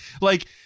Like-